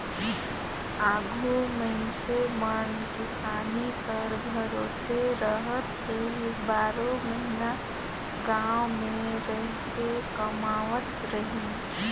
आघु मइनसे मन किसानी कर भरोसे रहत रहिन, बारो महिना गाँव मे रहिके कमावत रहिन